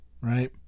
right